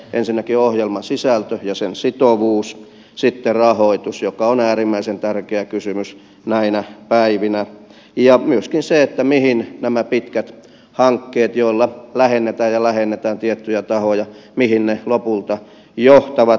ensinnäkin ohjelman sisältö ja sen sitovuus sitten rahoitus joka on äärimmäisen tärkeä kysymys näinä päivinä ja myöskin se mihin nämä pitkät hankkeet joilla lähennetään ja lähennetään tiettyjä tahoja lopulta johtavat